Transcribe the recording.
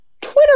Twitter